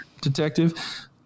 detective